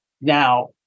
Now